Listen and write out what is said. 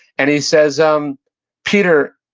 and he says, um peter,